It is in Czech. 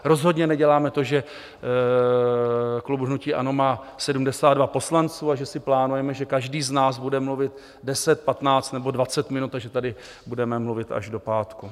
Rozhodně neděláme to, že klub hnutí ANO má 72 poslanců a že si plánujeme, že každý z nás bude mluvit deset, patnáct nebo dvacet minut a že tady budeme mluvit až do pátku.